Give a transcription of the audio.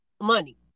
money